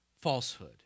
falsehood